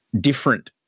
different